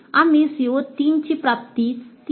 आम्ही CO3 ची प्राप्ती 3